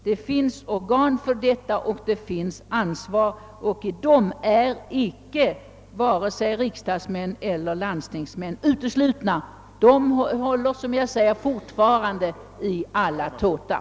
Det finns ansvariga organ för detta och från dessa organ är icke vare sig riksdagsmän eller landstingsmän uteslutna utan har fortfarande ett stort inflytande. De håller, som jag sade, i alla tåtar.